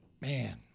Man